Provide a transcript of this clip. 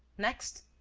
next,